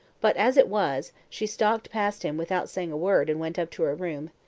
but as it was, she stalked past him without saying a word and went up to her room.